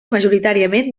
majoritàriament